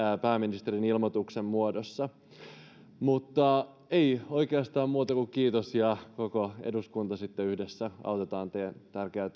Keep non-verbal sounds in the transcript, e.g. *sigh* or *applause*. pääministerin ilmoituksen muodossa ei oikeastaan muuta kuin kiitos ja me koko eduskunta sitten yhdessä autamme teidän tärkeää *unintelligible*